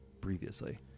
previously